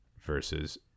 versus